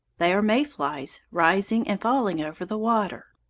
they are may-flies rising and falling over the water.